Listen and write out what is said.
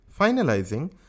finalizing